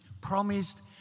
promised